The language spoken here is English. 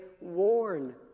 warn